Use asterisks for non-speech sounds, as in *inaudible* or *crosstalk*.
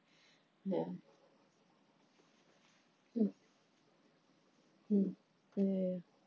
*breath* ya mm mm ya